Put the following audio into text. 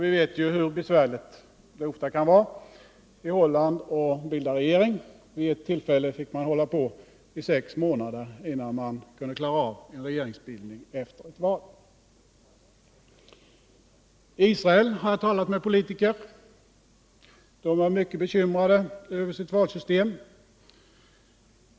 Vi vet ju hur besvärligt det ofta kan vara att bilda regering i Holland. Vid ett tillfälle fick man hålla på i sex månader, innan man kunde klara av en regeringsbildning efter ett val. I Israel har jag talat med politiker. Där var de mycket bekymrade över sitt valsystem.